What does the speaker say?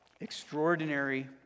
extraordinary